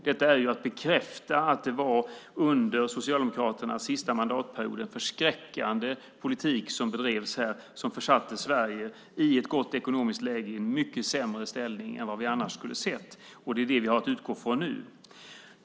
Det är att bekräfta att det under Socialdemokraternas sista mandatperiod var en förskräckande politik som bedrevs och som försatte ett Sverige i gott ekonomiskt läge i en mycket sämre ställning än vi annars skulle ha varit. Det är det vi nu har att utgå från.